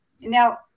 Now